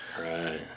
Right